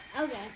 Okay